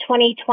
2020